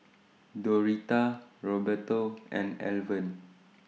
Doretta Roberto and Alvan